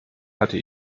hatte